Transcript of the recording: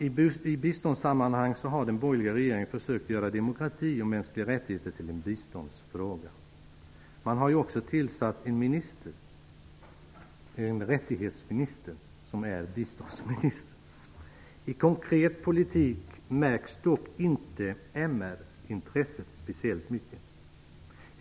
I biståndssammanhang har den borgerliga regeringen försökt göra demokrati och mänskliga rättigheter till en biståndsfråga. Man har också tillsatt en mänskliga-rättighets-minister, som är biståndsministern. I konkret politik märks dock inte MR-intresset speciellt mycket.